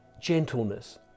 gentleness